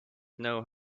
know